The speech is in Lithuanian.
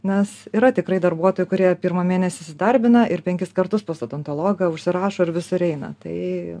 nes yra tikrai darbuotojų kurie pirmą mėnesį įsidarbina ir penkis kartus pas odontologą užsirašo ir visur eina tai